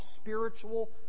spiritual